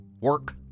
work